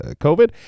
COVID